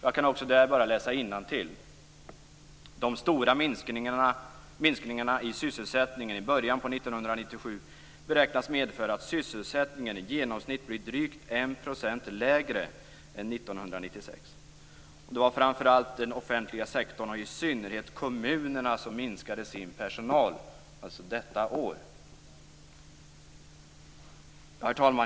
Jag kan också där läsa innantill: "De stora minskningarna i sysselsättningen i början på 1997 beräknas medföra att sysselsättningen i genomsnitt blir drygt 1 procent lägre än 1996. Det var framför allt den offentliga sektorn och i synnerhet kommunerna som minskade sin personal." Det skedde alltså detta år. Herr talman!